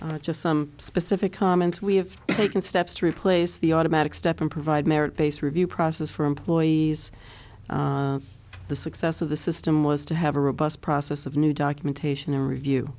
just some specific comments we have taken steps to replace the automatic step and provide merit based review process for employees the success of the system was to have a robust process of new documentation and review